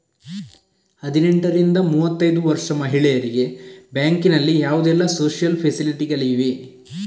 ಹದಿನೆಂಟರಿಂದ ಮೂವತ್ತೈದು ವರ್ಷ ಮಹಿಳೆಯರಿಗೆ ಬ್ಯಾಂಕಿನಲ್ಲಿ ಯಾವುದೆಲ್ಲ ಸೋಶಿಯಲ್ ಫೆಸಿಲಿಟಿ ಗಳಿವೆ?